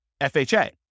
FHA